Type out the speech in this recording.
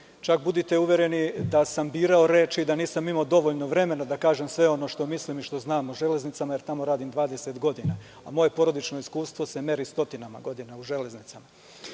zemlje. Budite uvereni da sam birao reči i da nisam imao dovoljno vremena da kažem sve ono što mislim i što znam o „Železnicama“, jer tamo radim 20 godina, a moje porodično iskustvo se meri stotinama godina u „Železnicama“.Rekli